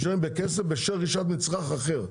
במישרין או בעקיפין בכסף בעבור מצרך אחר.